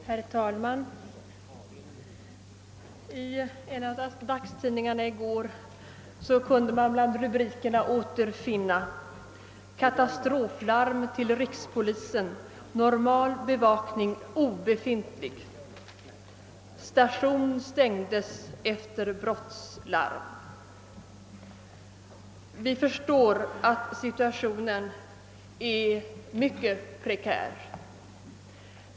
Herr talman! I en av dagstidningarna kunde man i går bland rubrikerna återfinna dessa: »Katastroflarm till rikspolisen: Normal bevakning obefintlig.» »Station stängdes efter brottslarm.» Vi förstår att polisens situation är mycket prekär.